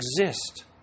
exist